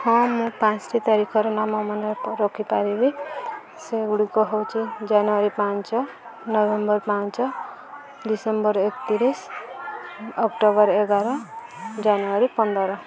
ହଁ ମୁଁ ପାଞ୍ଚ୍ ଟି ତାରିଖର ନାମ ମନେ ରଖିପାରିବି ସେଗୁଡ଼ିକ ହେଉଛି ଜାନୁଆରୀ ପାଞ୍ଚ ନଭେମ୍ବର ପାଞ୍ଚ ଡିସେମ୍ବର ଏକତିରିଶି ଅକ୍ଟୋବର ଏଗାର ଜାନୁଆରୀ ପନ୍ଦର